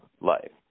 life